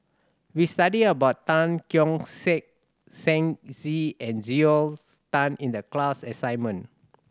we studied about Tan Keong Saik Shen Xi and Joel Tan in the class assignment